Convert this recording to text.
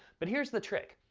but here's the trick.